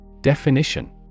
Definition